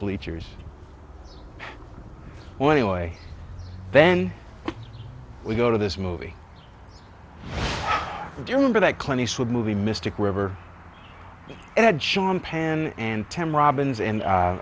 bleachers well anyway then we go to this movie you remember that clint eastwood movie mystic river and had sean penn and ten robins